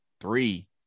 three